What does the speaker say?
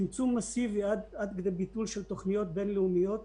אם זה צמצום מאסיבי עד כדי ביטול של תכניות בינלאומיות,